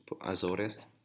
Azores